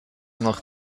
noch